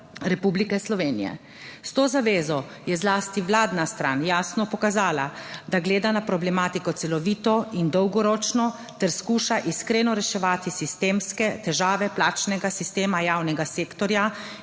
Republike Slovenije. S to zavezo je zlasti vladna stran jasno pokazala, da gleda na problematiko celovito in dolgoročno ter skuša iskreno reševati sistemske težave plačnega sistema javnega sektorja